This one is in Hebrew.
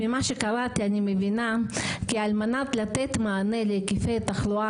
ממה שקראתי אני מבינה כי על מנת לתת מענה להיקפי התחלואה